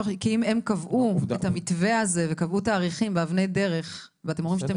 כי הם קבעו את המתווה הזה וקבעו תאריכים ואבני דרך ואתם אומרים שאתם